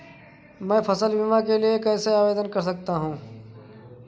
मैं फसल बीमा के लिए कैसे आवेदन कर सकता हूँ?